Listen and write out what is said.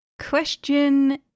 question